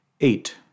Eight